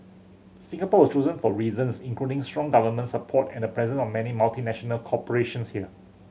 Singapore was chosen for reasons including strong government support and the presence of many multinational corporations here